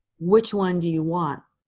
which one do you want